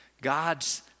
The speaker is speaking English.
God's